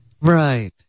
Right